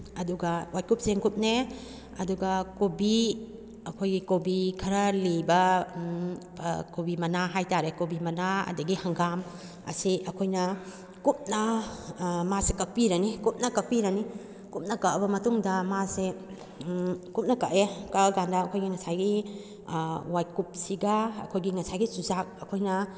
ꯑꯗꯨꯒ ꯋꯥꯏꯀꯨꯞ ꯆꯦꯡꯀꯨꯞꯅꯦ ꯑꯗꯨꯒ ꯀꯣꯕꯤ ꯑꯩꯈꯣꯏꯒꯤ ꯀꯣꯕꯤ ꯈꯔ ꯂꯤꯕ ꯀꯣꯕꯤ ꯃꯅꯥ ꯍꯥꯏꯇꯥꯔꯦ ꯀꯣꯕꯤ ꯃꯅꯥ ꯑꯗꯨꯗꯒꯤ ꯍꯪꯒꯥꯝ ꯑꯁꯤ ꯑꯩꯈꯣꯏꯅ ꯀꯨꯞꯅ ꯃꯥꯁꯤ ꯀꯛꯄꯤꯔꯅꯤ ꯀꯨꯞꯅ ꯀꯛꯄꯤꯔꯅꯤ ꯀꯨꯞꯅ ꯀꯛꯑꯕ ꯃꯇꯨꯡꯗ ꯃꯥꯁꯦ ꯀꯨꯞꯅ ꯀꯛꯑꯦ ꯀꯛꯑ ꯀꯥꯟꯗ ꯑꯩꯈꯣꯏꯒꯤ ꯉꯁꯥꯏꯒꯤ ꯋꯥꯏꯀꯨꯞꯁꯤꯒ ꯑꯩꯈꯣꯏꯒꯤ ꯉꯁꯥꯏꯒꯤ ꯆꯨꯖꯥꯛ ꯑꯩꯈꯣꯏꯅ